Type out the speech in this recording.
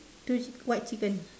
two chic~ white chicken